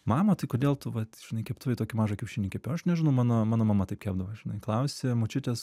mama tai kodėl tu vat žinai keptuvėj tokį mažą kiaušinį kepi aš nežinau mano mano mama taip kepdavo žinai klausi močiutės